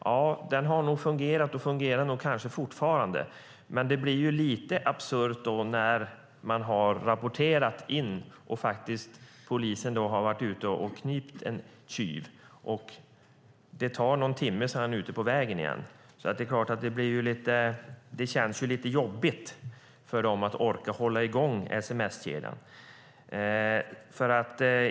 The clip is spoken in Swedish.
Ja, den har nog fungerat och fungerar kanske fortfarande, men det blir lite absurt när man har rapporterat in och polisen faktiskt har varit ute och knipit en tjyv. Det tar någon timme, sedan är han ute på vägen igen. Det känns alltså lite jobbigt att orka hålla i gång sms-kedjan.